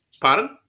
Pardon